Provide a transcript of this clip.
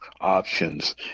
options